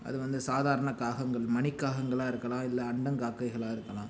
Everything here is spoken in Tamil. அது வந்து சாதாரண காகங்கள் மணிக்காகங்களாக இருக்கலாம் இல்லை அண்டங்காக்கைகளாக இருக்கலாம்